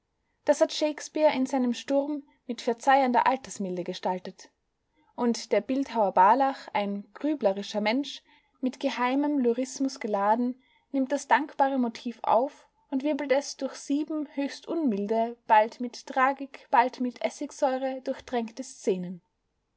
das hat shakespeare in seinem sturm mit verzeihender altersmilde gestaltet und der bildhauer barlach ein grüblerischer mensch mit geheimem lyrismus geladen nimmt das dankbare motiv auf und wirbelt es durch sieben höchst unmilde bald mit tragik bald mit essigsäure durchtränkte szenen